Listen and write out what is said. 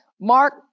Mark